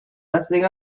messing